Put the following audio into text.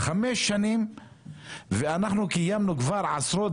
חמש שנים ואנחנו קיימנו כבר עשרות